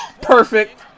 Perfect